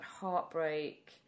heartbreak